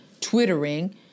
Twittering